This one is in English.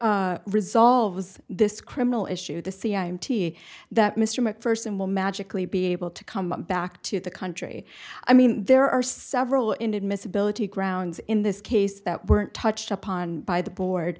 board resolves this criminal issue to see i'm t that mr macpherson will magically be able to come back to the country i mean there are several in admissibility grounds in this case that weren't touched upon by the board